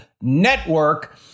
Network